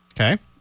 Okay